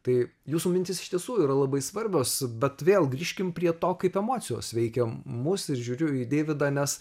tai jūsų mintys iš tiesų yra labai svarbios bet vėl grįžkim prie to kaip emocijos veikia mus ir žiūriu į deividą nes